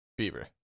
Bieber